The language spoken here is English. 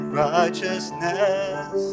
righteousness